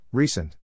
Recent